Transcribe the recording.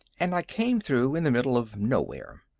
and i came through in the middle of nowhere.